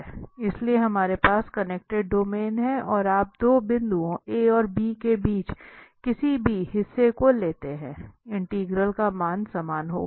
इसलिए हमारे पास कनेक्टेड डोमेन है और आप 2 बिंदुओं A और B के बीच किसी भी हिस्से को लेते हैं इंटीग्रल का मान समान होगा